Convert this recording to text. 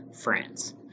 France